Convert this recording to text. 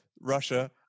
Russia